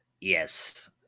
yes